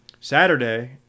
Saturday